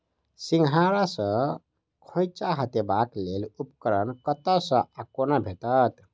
सिंघाड़ा सऽ खोइंचा हटेबाक लेल उपकरण कतह सऽ आ कोना भेटत?